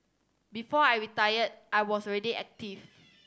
before I retired I was already active